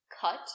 Cut